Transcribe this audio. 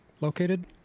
located